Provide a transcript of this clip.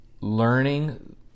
learning